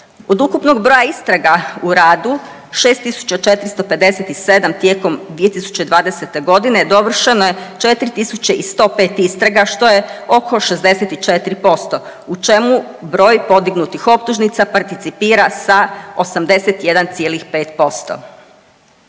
Od ukupnog broja istraga u radu, 6 457 tijekom 2020. g. dovršeno je 4 105 istraga, što je oko 64%, u čemu broj podignutih optužnica participira sa 81,5%.